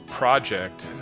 project